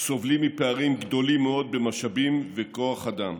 סובלים מפערים גדולים מאוד במשאבים וכוח אדם.